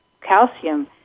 calcium